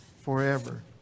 forever